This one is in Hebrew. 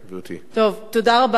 תודה רבה.